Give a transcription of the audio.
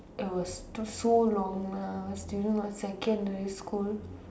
it was too so long ah still in my secondary school